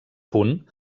punt